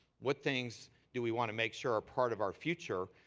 what things do we want to make sure are part of our future,